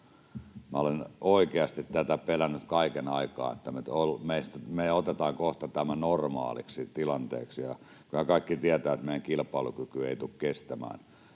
olen oikeasti tätä pelännyt kaiken aikaa, että me otetaan tämä kohta normaaliksi tilanteeksi. Kyllä kaikki tietävät, että meidän kilpailukyky ei tule kestämään